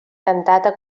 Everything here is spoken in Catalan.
cantata